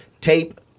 tape